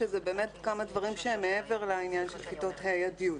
שזה באמת כמה דברים שהם מעבר לעניין של כיתות ה' י'.